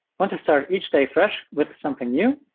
want to start each day fresh with something new?